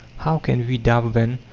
how can we doubt, then,